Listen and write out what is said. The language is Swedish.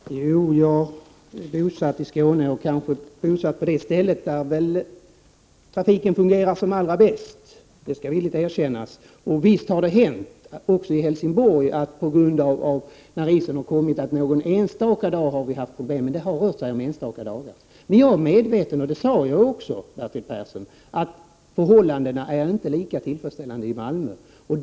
Herr talman! Jag är bosatt i Skåne, och jag är kanske bosatt på det ställe där trafiken fungerar som allra bäst. Det skall jag villigt erkänna. Visst har det hänt även i Helsingborg att när isen har kommit har vi någon enstaka dag haft problem. Men det rör sig om enstaka dagar. Jag är medveten om, och det sade jag också, Bertil Persson, att förhållandena inte är lika tillfredsställande i Malmö.